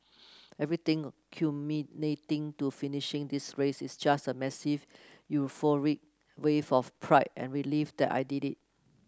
everything culminating to finishing this race is just a massive euphoric wave of pride and relief that I did it